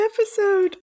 episode